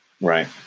right